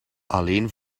alleen